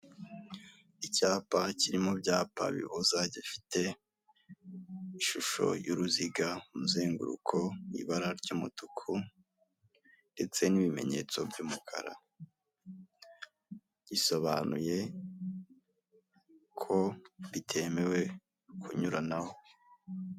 Umugore wirabura wambaye amadarajya ufite umusatsi w'umukara wambaye imyenda y'umweru n'umukara ufite umukufe w'umweru mu ijosi wicaye.